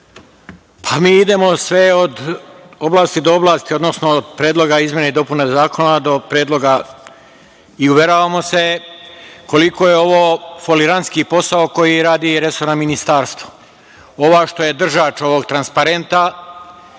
Pa, mi idemo sve od oblasti do oblasti, odnosno od predloga izmene i dopuna zakona do predloga i uveravamo se koliko je ovo folirantski posao koji radi resorno ministarstvo. Ova, što je držač ovog transparenta,